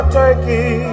turkey